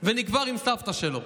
ונקבר עם סבתא שלו.